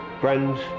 friends